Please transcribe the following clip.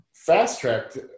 fast-tracked